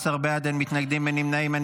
אלו דברים טובים למען עם ישראל.